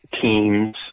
teams